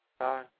Hi